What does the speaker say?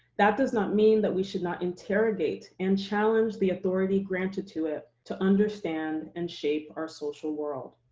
that does not mean that we should not interrogate and challenge the authority granted to it, to understand, and shape our social world.